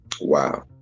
Wow